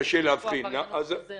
נעמה, בבקשה.